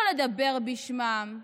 לא לדבר בשמם,